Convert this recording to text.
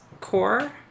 core